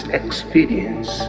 experience